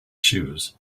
shoes